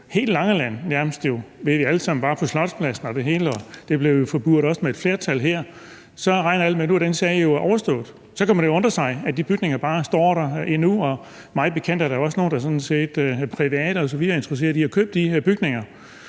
Heldigvis var nærmest hele Langeland jo på Slotspladsen og det hele, og det hele blev også forpurret med et flertal herfra, og så regner alle med, at den sag nu er overstået. Så kan man jo undre sig over, at de bygninger bare står der endnu. Mig bekendt er der også nogle, der sådan set privat er interesseret i at købe de her bygninger.